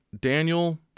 Daniel